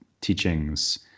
teachings